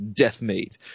Deathmate